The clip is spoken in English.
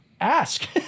ask